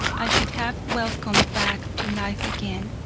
i should have welcomed back to life again,